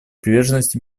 приверженности